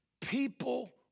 People